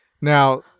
Now